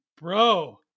Bro